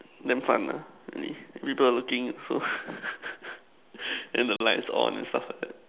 damn fun lah need rebel looking so then the lights on and stuff like that